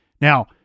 Now